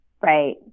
Right